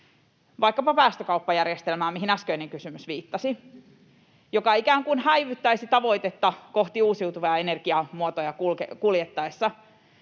vaikkapa päästökauppajärjestelmään, mihin äskeinen kysymys viittasi, joka ikään kuin häivyttäisi tavoitetta kohti uusiutuvia energiamuotoja kuljettaessa,